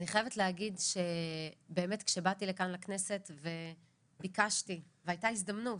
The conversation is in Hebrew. אני חייבת להגיד שבאמת כשבאתי לכאן לכנסת וביקשתי והייתה הזדמנות,